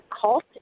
cult